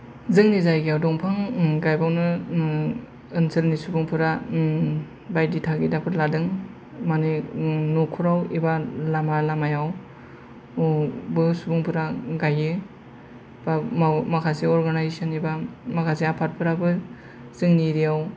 जोंनि जायगायाव दंफां गायबावनो ओनसोलनि सुबुंफोरा बायदि थागिदाफोर लादों माने नखराव एबा लामा लामायाव बे सुबुंफोरा गायो माखासे अर्गेनाइजेसन एबा माखासे आफादफोराबो जोंनि एरियायाव